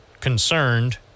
concerned